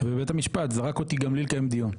ובית המשפט זרק אותי גם בלי לקיים דיון.